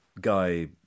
Guy